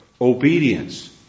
Obedience